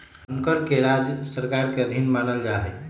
धनकर के राज्य सरकार के अधीन मानल जा हई